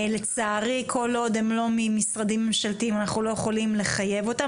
לצערי כל עוד הם לא ממשרדים ממשלתיים אנחנו לא יכולים לחייב אותם,